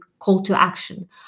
call-to-action